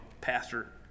pastor